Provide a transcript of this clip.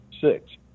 six